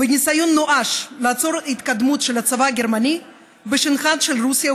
בניסיון נואש לעצור את ההתקדמות של הצבא הגרמני בשטחן של רוסיה,